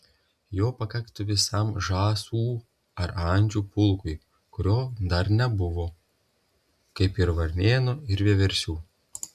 jo pakaktų visam žąsų ar ančių pulkui kurio dar nebuvo kaip ir varnėnų ir vieversių